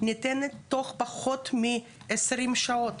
ניתנת תוך פחות מ-20 שעות.